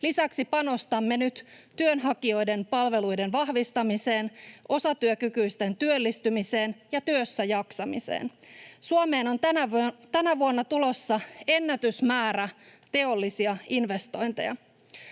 Lisäksi panostamme nyt työnhakijoiden palveluiden vahvistamiseen, osatyökykyisten työllistymiseen ja työssä jaksamiseen. Suomeen on tänä vuonna tulossa ennätysmäärä teollisia investointeja.